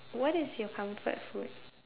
what is your comfort food